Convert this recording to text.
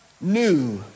new